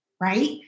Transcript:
right